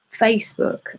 Facebook